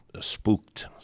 spooked